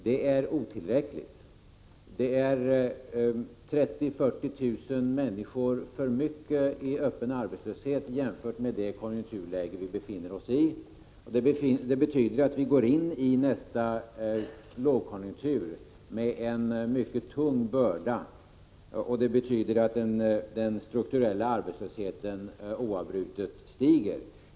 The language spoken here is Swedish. Det är otillräckligt; det är 30 000-40 000 personer för mycket i öppen arbetslöshet med tanke på det konjunkturläge vi befinner oss i. Det betyder att vi går in i nästa lågkonjunktur med en mycket tung börda, och det betyder att den strukturella arbetslösheten oavbrutet stiger.